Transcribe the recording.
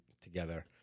together